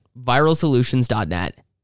viralsolutions.net